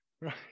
right